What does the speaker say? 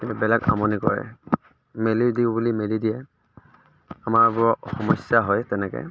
কিন্তু বেলেগ আমনি কৰে মেলি দিওঁ বুলি মেলি দিয়ে আমাৰ বৰ সমস্য়া হয় তেনেকৈ